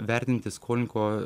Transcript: vertinti skolininko